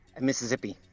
Mississippi